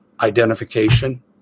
identification